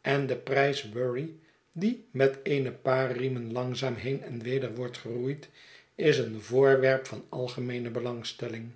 en de prijs wherry die met een paar riemen langzaam heen en weder wordt geroeid is een voorwerp van algemeene belangstelling